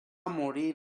morí